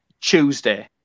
Tuesday